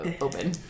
open